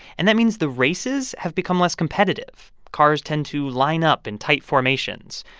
and that means the races have become less competitive. cars tend to line up in tight formations.